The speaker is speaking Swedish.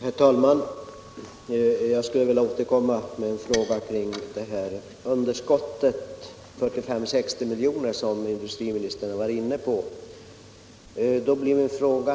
Herr talman! Jag skulle vilja återkomma med en fråga i anslutning till det underskott på 45-60 miljoner som industriministern nämnde.